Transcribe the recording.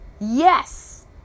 Yes